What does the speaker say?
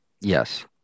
Yes